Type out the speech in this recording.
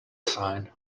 sign